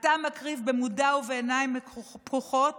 אתה מקריב במודע ובעיניים פקוחות